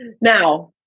Now